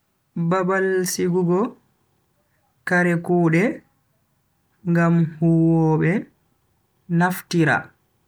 Babal sigugo kare kuude ngam huwobe naftira.